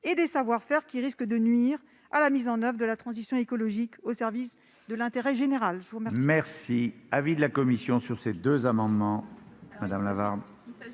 et des savoir-faire, déperdition qui risque de nuire à la mise en oeuvre de la transition écologique au service de l'intérêt général.